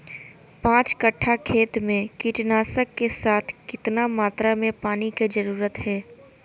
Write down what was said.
पांच कट्ठा खेत में कीटनाशक के साथ कितना मात्रा में पानी के जरूरत है?